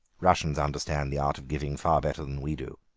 russians understand the art of giving far better than we do.